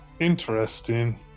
interesting